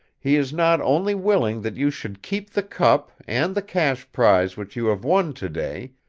he is not only willing that you should keep the cup and the cash prize which you have won to-day,